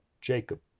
Jacob